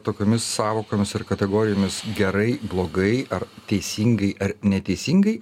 tokiomis sąvokomis ir kategorijomis gerai blogai ar teisingai ar neteisingai